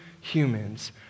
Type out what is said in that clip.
humans